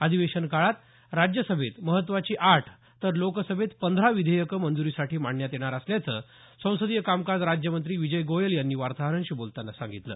अधिवेशन काळात राज्यसभेत महत्वाची आठ तर लोकसभेत पंधरा विधेयकं मंज्रीसाठी मांडण्यात येणार असल्याचं संसदीय कामकाज राज्यमंत्री विजय गोयल यांनी वार्ताहरांशी बोलतांना सांगितलं